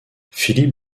philippe